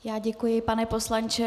Já děkuji, pane poslanče.